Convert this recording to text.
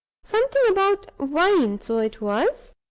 something about wine so it was.